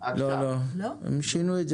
לא, שינו את זה,